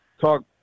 talk